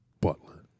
Butler